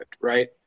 Right